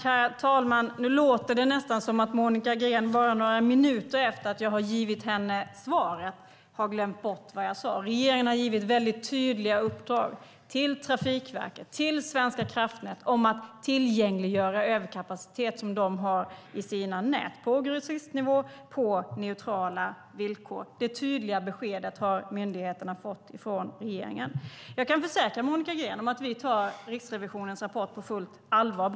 Herr talman! Nu låter det nästan som att Monica Green bara några minuter efter att jag har givit henne svaret har glömt bort vad jag sade. Regeringen har givit tydliga uppdrag till Trafikverket och Svenska kraftnät att tillgängliggöra överkapacitet i näten på grossistnivå på neutrala villkor. Det tydliga beskedet har myndigheterna fått från regeringen. Jag kan försäkra Monica Green att vi tar Riksrevisionens rapport på fullt allvar.